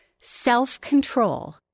Self-control